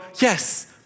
yes